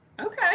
Okay